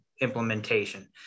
implementation